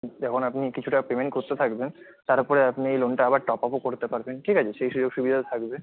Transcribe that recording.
যখন আপনি কিছুটা পেমেন্ট করতে থাকবেন তার ওপরে আপনি এই লোনটা আবার টপ আপও করতে পারবেন ঠিক আছে সেই সুযোগ সুবিধা থাকবে